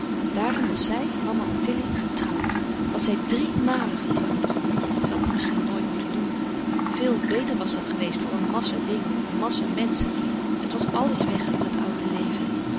daarom was zij mama ottilie getrouwd was zij driè màlen getrouwd ze had het misschien noit moeten doen veel beter was dat geweest voor een massa dingen een massa menschen het was alles weg dat oude leven